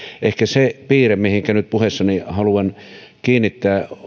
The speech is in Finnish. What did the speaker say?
ehkä se piirre mihinkä nyt puheessani haluan kiinnittää huomiota